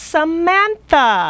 Samantha